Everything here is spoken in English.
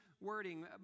wording